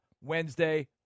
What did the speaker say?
Wednesday